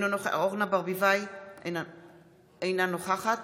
אינו נוכח אורנה ברביבאי, אינה נוכחת